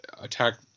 attack